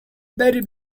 very